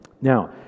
Now